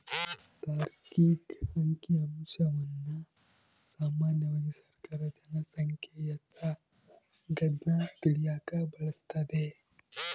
ತಾರ್ಕಿಕ ಅಂಕಿಅಂಶವನ್ನ ಸಾಮಾನ್ಯವಾಗಿ ಸರ್ಕಾರ ಜನ ಸಂಖ್ಯೆ ಹೆಚ್ಚಾಗದ್ನ ತಿಳಿಯಕ ಬಳಸ್ತದೆ